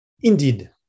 Indeed